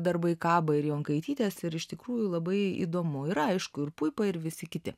darbai kabo ir jonkaitytės ir iš tikrųjų labai įdomu ir aišku ir puipa ir visi kiti